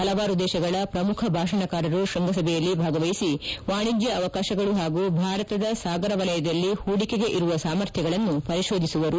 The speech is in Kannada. ಹಲವಾರು ದೇಶಗಳ ಪ್ರಮುಖ ಭಾಷಣಕಾರರು ಶ್ವಂಗಸಭೆಯಲ್ಲಿ ಭಾಗವಹಿಸಿ ವಾಣಿಜ್ಯ ಅವಕಾಶಗಳು ಹಾಗೂ ಭಾರತದ ಸಾಗರ ವಲಯದಲ್ಲಿ ಹೂಡಿಕೆಗೆ ಇರುವ ಸಾಮರ್ಥ್ಯಗಳನ್ನು ಪರಿಶೋಧಿಸುವರು